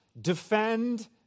defend